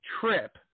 trip